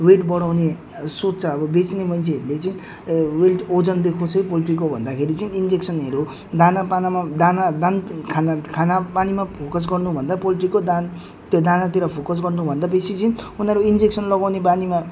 weight बढाउने सोच्छ अब बेच्ने मान्छेहरूले चाहिँ वेट ओजन देखोस् है पोल्ट्रीको भन्दाखेरि चाहिँ इन्जेक्सनहरू नाना पानामा दाना दाना खाना पानीमा फोकस गर्नुभन्दा पोल्ट्रीको दाना त्यो दानातिर फोकस गर्नुभन्दा बेसी चाहिँ उनीहरू इन्जेक्सन लगाउने बानीमा